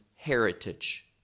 heritage